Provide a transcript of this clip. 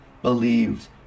believed